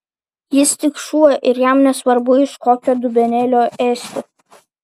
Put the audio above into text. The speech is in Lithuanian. jis tik šuo ir jam nesvarbu iš kokio dubenėlio ėsti